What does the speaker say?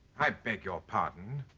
i beg your pardon.